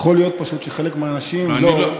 יכול להיות פשוט שחלק מהאנשים לא,